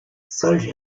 solche